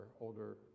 older